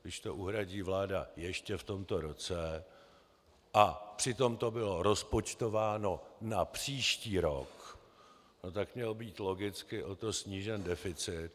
Když to uhradí vláda ještě v tomto roce a přitom to bylo rozpočtováno na příští rok, tak měl být logicky o to snížen deficit.